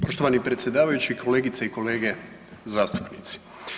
Poštovani predsjedavajući, kolegice i kolege zastupnici.